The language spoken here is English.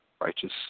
righteous